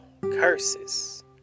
curses